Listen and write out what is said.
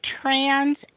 trans